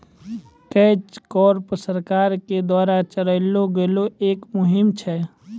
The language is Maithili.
कैच कॉर्प सरकार के द्वारा चलैलो गेलो एक मुहिम छै